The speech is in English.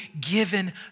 given